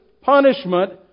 punishment